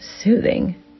soothing